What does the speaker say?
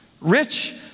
Rich